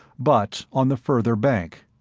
but on the further bank.